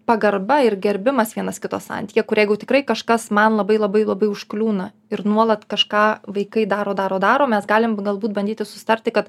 pagarba ir gerbimas vienas kito santykyje kur jeigu tikrai kažkas man labai labai labai užkliūna ir nuolat kažką vaikai daro daro daro mes galim galbūt bandyti susitarti kad